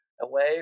away